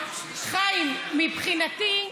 חיים, מבחינתי,